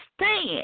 stand